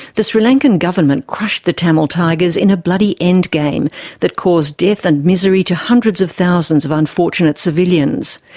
the sri lankan government crushed the tamil tigers in a bloody endgame that caused death and misery to hundreds of thousands of unfortunate civilians.